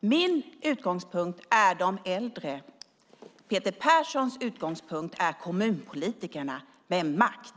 Min utgångspunkt är de äldre. Peter Perssons utgångspunkt är kommunpolitikerna med makt.